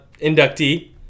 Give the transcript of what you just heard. inductee